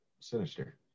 Sinister